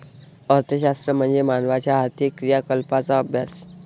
अर्थशास्त्र म्हणजे मानवाच्या आर्थिक क्रियाकलापांचा अभ्यास